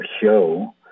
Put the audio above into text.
show